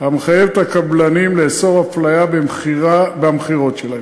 המחייב את הקבלנים לאסור אפליה במכירות שלהם.